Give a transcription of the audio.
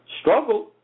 Struggled